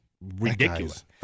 ridiculous